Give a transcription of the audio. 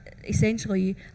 Essentially